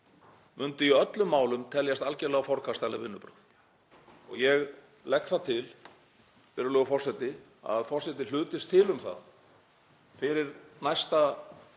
myndi í öllum málum teljast algjörlega forkastanleg vinnubrögð. Ég legg það til, virðulegur forseti, að forseti hlutist til um það fyrir næsta